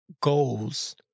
goals